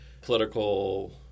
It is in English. political